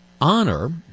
honor